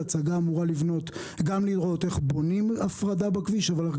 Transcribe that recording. ההצעה אמורה לראות איך בונים הפרדה בכביש אבל גם